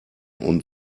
und